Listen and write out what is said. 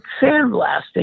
sandblasting